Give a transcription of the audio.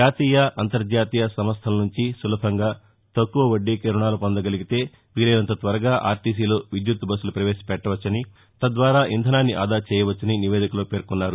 జాతీయ అంతర్జాతీయ సంస్థల నుంచి సులభంగా తక్కువ వడ్డీకే రుణాలు పొందగలిగితే వీలైనంత త్వరగా ఆర్దీసీలో విద్యుత్తు బస్సులు పవేశపెట్టొచ్చని తద్వారా ఇంధనాన్ని ఆదా చేయొచ్చని నివేదికలో పేర్కొంది